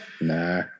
nah